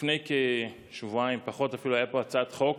לפני כשבועיים, פחות אפילו, הייתה פה הצעת חוק